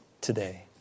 today